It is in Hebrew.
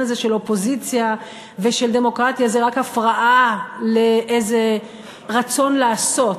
של אופוזיציה ושל דמוקרטיה זה רק הפרעה לרצון לעשות,